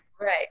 Right